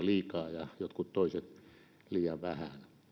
liikaa ja jotkut toiset liian vähän